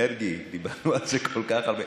מרגי, דיברנו על זה כל כך הרבה.